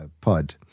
pod